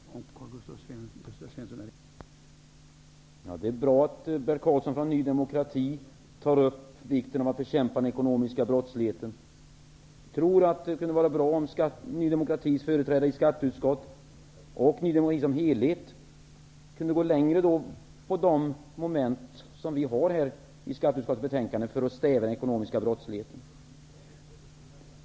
Herr talman! Det är bra att Bert Karlsson från Ny demokrati tar upp vikten av att bekämpa den ekonomiska brottsligheten. Jag tror att det vore bra om Ny demokratis företrädare i skatteutskottet och Ny demokrati som helhet kunde gå längre i fråga om de moment som finns i skatteutskottets betänkande för att stävja den ekonomiska brottsligheten.